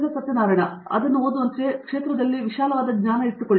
Satyanarayana N Gummadi ಅದನ್ನು ಓದುವಂತೆ ಕ್ಷೇತ್ರದಲ್ಲಿ ವಿಶಾಲವಾದ ಜ್ಞಾನವನ್ನು ಇಟ್ಟುಕೊಳ್ಳಿ